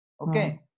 Okay